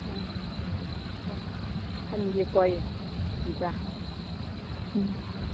ꯑꯥ ꯍꯣꯏ ꯈꯟꯒꯦꯀꯣ ꯑꯩ ꯎꯝ